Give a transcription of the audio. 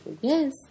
yes